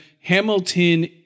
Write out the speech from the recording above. Hamilton